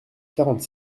quarante